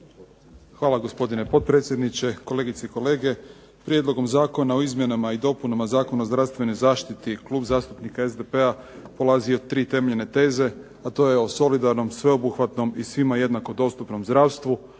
Hvala, gospodine potpredsjedniče. Kolegice i kolege. Prijedlogom zakona o izmjenama i dopunama Zakona o zdravstvenoj zaštiti Klub zastupnika SDP-a polazi od tri temeljne teze, a to je o solidarnom, sveobuhvatnom i svima jednako dostupnom zdravstvu,